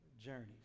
journeys